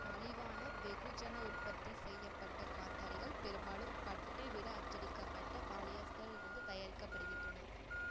மலிவான வெகுஜன உற்பத்தி செய்யப்பட்ட காத்தாடிகள் பெரும்பாலும் பட்டு விட அச்சிடிக்கப்பட்ட பாலியஸ்டரிலிருந்து தயாரிக்கப்படுகின்றன